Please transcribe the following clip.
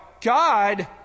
God